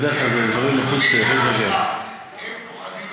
בדרך כלל זה דברים, אני אומר לך, הם פוחדים.